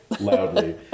loudly